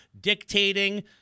dictating